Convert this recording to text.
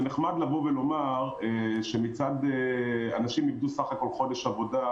זה נחמד לומר שאנשים איבדו סך הכול חודש עבודה,